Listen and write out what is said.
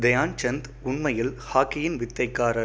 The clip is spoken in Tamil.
தயான் சந்த் உண்மையில் ஹாக்கியின் வித்தைக்காரர்